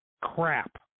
crap